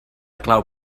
clau